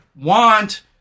want